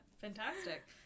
Fantastic